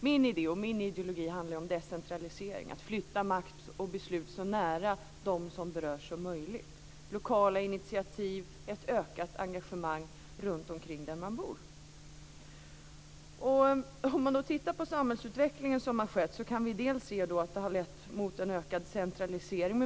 Min idé och min ideologi handlar om decentralisering, att flytta makt och beslut så nära dem som berörs som möjligt, genom lokala initiativ och ett ökat engagemang runtomkring där man bor. Om vi tittar på samhällsutvecklingen kan vi se att det har gått mot ökad centralisering.